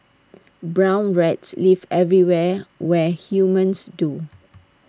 brown rats live everywhere where humans do